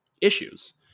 issues